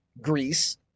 Greece